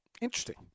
Interesting